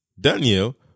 Daniel